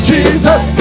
Jesus